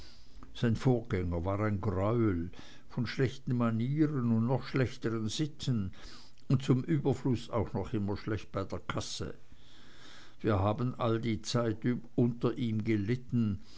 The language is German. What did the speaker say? sein vorgänger war ein greuel von schlechten manieren und noch schlechteren sitten und zum überfluß auch noch immer schlecht bei kasse wir haben all die zeit über unter ihm gelitten